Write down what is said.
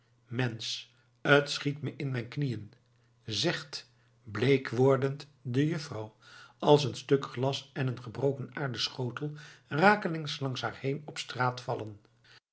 t schiet me in mijn knieën zegt bleek wordend de juffrouw als een stuk glas en een gebroken aarden schotel rakelings langs haar heen op straat vallen